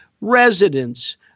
residents